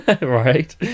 right